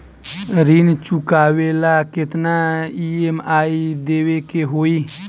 ऋण चुकावेला केतना ई.एम.आई देवेके होई?